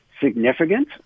significant